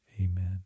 Amen